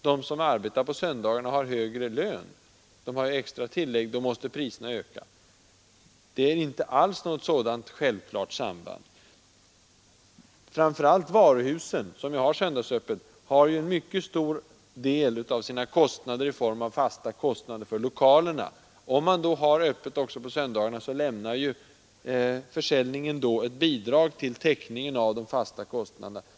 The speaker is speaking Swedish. De som arbetar på söndagarna har ju högre lön, och då måste priserna öka, brukar det heta. Det finns inte alls något sådant självklart samband. Framför allt varuhusen, som har söndagsöppet, har en mycket stor del av sina kostnader som fasta kostnader för lokalerna. Om de håller öppet också på söndagarna, lämnar försäljningen de dagarna ett bidrag till täckningen av de fasta kostnaderna.